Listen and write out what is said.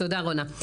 תודה רונה.